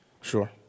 Sure